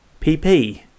PP